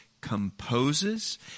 composes